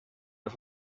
las